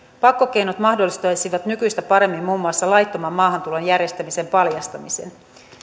pakkokeinot mahdollistaisivat nykyistä paremmin muun muassa laittoman maahantulon järjestämisen paljastamisen